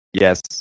Yes